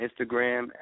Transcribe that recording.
Instagram